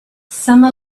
some